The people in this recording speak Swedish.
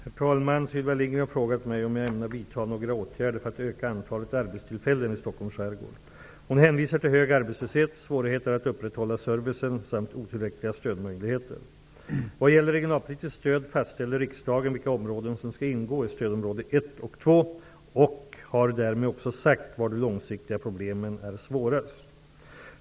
Herr talman! Sylvia Lindgren har frågat mig om jag ämnar vidta några åtgärder för att öka antalet arbetstillfällen i Stockholms skärgård. Hon hänvisar till hög arbetslöshet, svårigheter att upprätthålla servicen samt otillräckliga stödmöjligheter. Vad gäller regionalpolitiskt stöd fastställer riksdagen vilka områden som skall ingå i stödområde 1 och 2 och har därmed också sagt var de långsiktiga problemen är svårast.